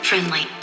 Friendly